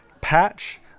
patch